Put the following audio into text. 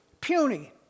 puny